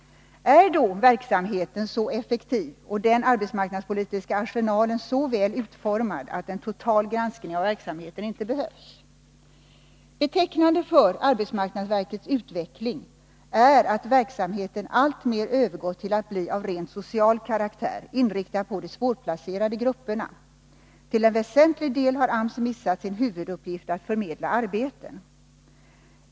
Är då arbetsmarknadsverkets verksamhet så effektiv och den arbetsmarknadspolitiska arsenalen så väl utformad att en total granskning av verksamheten inte behövs? Betecknande för arbetsmarknadsverkets utveckling är att verksamheten alltmer har övergått till att bli av rent social karaktär, inriktad på de svårplacerade grupperna. Till en väsentlig del har AMS missat sin huvuduppgift, att förmedla arbeten.